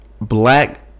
Black